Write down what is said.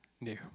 new